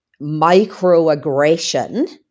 microaggression